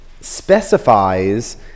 specifies